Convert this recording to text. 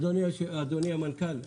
אדוני המנכ"ל,